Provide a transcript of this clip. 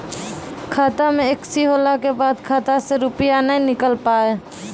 खाता मे एकशी होला के बाद खाता से रुपिया ने निकल पाए?